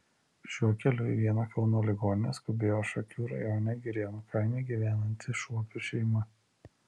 šiuo keliu į vieną kauno ligoninę skubėjo šakių rajone girėnų kaime gyvenanti šuopių šeima